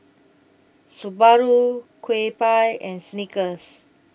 Subaru Kewpie and Snickers